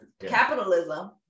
capitalism